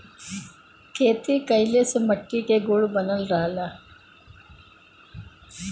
खेती कइले से मट्टी के गुण बनल रहला